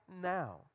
now